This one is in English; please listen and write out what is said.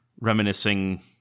reminiscing